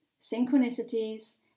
synchronicities